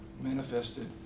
manifested